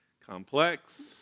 complex